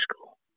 school